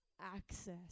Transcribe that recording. access